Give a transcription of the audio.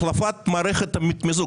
החלפת מערכת המיזוג,